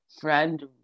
friend